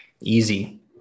easy